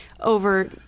over